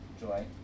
Joy